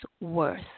worth